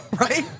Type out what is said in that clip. right